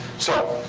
so.